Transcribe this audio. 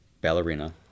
Ballerina